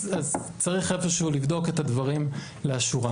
אז צריך איפה שהוא לבדוק את הדברים לאשורם.